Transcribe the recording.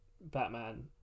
Batman